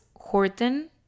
Horton